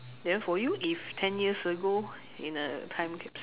then for you if ten years ago in a time capsule